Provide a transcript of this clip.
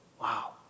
Wow